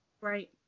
right